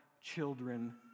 children